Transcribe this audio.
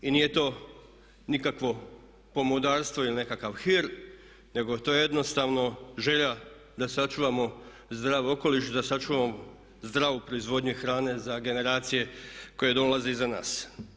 I nije to nikakvo pomodarstvo ili nekakav hir nego je to jednostavno želja da sačuvamo zdrav okoliš, da sačuvamo zdravu proizvodnju hrane za generacije koje dolaze iza nas.